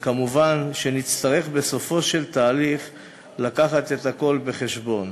ומובן שנצטרך בסופו של התהליך להביא את הכול בחשבון